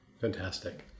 Fantastic